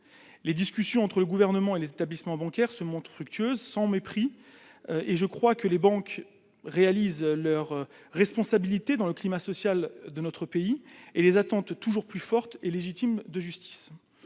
Les discussions entre le Gouvernement et les établissements bancaires se montrent fructueuses, sans mépris. Il me semble que les banques assument leur responsabilité dans le climat social de notre pays et répondent aux attentes toujours plus fortes et légitimes de justice.